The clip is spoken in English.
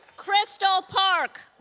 crystal park